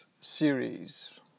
series